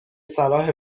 صلاح